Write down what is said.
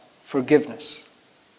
forgiveness